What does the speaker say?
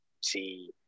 see